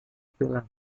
pela